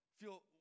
feel